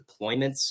deployments